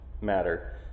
matter